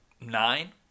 nine